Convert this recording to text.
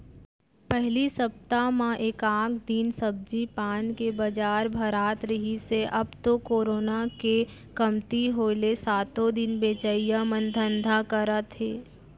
पहिली सप्ता म एकात दिन सब्जी पान के बजार भरात रिहिस हे अब तो करोना के कमती होय ले सातो दिन बेचइया मन धंधा करत हे